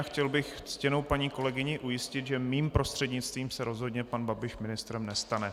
A chtěl bych ctěnou paní kolegyni ujistit, že mým prostřednictvím se rozhodně pan Babiš ministrem nestane.